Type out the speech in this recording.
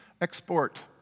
export